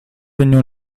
regno